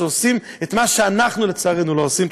שעושים את מה שאנחנו לצערנו לא עושים.